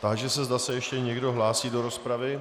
Táži se, zda se ještě někdo hlásí do rozpravy.